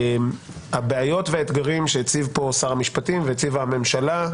הבעיות והאתגרים שהציב פה שר המשפטים והציבה הממשלה,